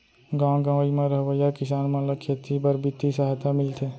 गॉव गँवई म रहवइया किसान मन ल खेती बर बित्तीय सहायता मिलथे